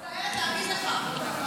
תת-רמה, מצטערת להגיד לך.